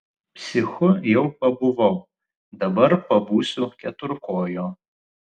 psichu jau pabuvau dabar pabūsiu keturkoju